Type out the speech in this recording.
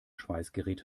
schweißgerät